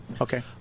okay